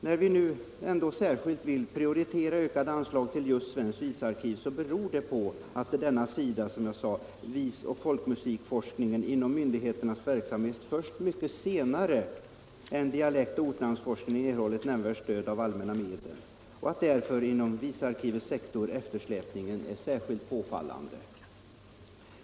Att vi nu särskilt vill prioritera ökade anslag till just svenskt visarkiv beror på att denna sida av DOVA:s verksamhet —- visoch folkmusikforskningen — först mycket senare än dialektoch ortnamnsforskningen erhållit nämnvärt stöd av allmänna medel och att därför inom visarkivets sektor eftersläpningen är särskilt påfallande.